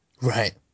Right